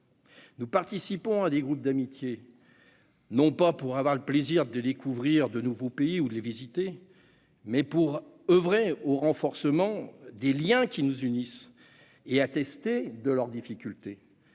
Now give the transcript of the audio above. Nous participons à des groupes d'amitié, non pas pour le plaisir de découvrir de nouveaux pays ou de les visiter, mais pour oeuvrer au renforcement des liens qui nous unissent et attester des difficultés